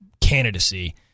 candidacy